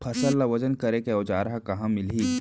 फसल ला वजन करे के औज़ार हा कहाँ मिलही?